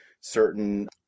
certain